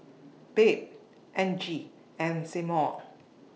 Babe Angie and Seymour